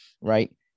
Right